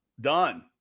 Done